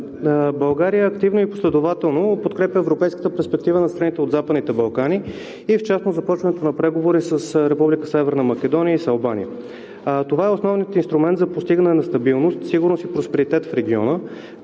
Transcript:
България активно и последователно подкрепя европейската перспектива на страните от Западните Балкани и в частност започването на преговори с Република Северна Македония и с Албания. Това е основният инструмент за постигане на стабилност, сигурност и просперитет в региона,